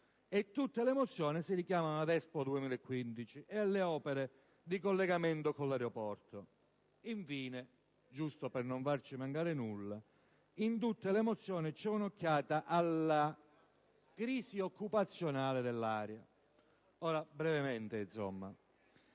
Tutte le mozioni si richiamano all'Expo 2015 e alle opere di collegamento con l'aeroporto. Infine, giusto non farci mancare nulla, in tutte le mozioni si fa riferimento alla crisi occupazionale dell'area. L'incremento